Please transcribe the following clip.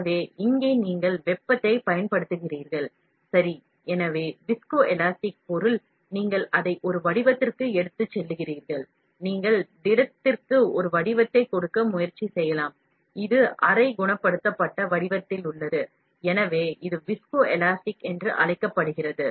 எனவே விஸ்கோலாஸ்டிக் வழிமுறைகள் நீங்கள் ஒரு வடிவத்திற்கு திடத்தை எடுத்துக்கொள்கிறீர்கள் நீங்கள் திடத்திற்கு ஒரு வடிவத்தை கொடுக்க முயற்சி செய்யலாம் இது semi cured வடிவத்தில் உள்ளது எனவே இது விஸ்கோலாஸ்டிக் என்று அழைக்கப்படுகிறது